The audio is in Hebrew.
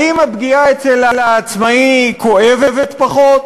האם הפגיעה אצל העצמאי כואבת פחות?